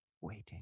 Waiting